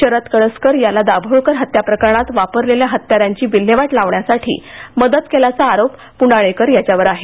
शरद कळसकर याला दाभोळकर हत्या प्रकरणात वापरलेल्या हत्यारांची विल्हेवाट लावण्यासाठी मदत केल्याचा आरोप पुनाळेकर यांच्यावर आहे